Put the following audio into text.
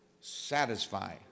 satisfy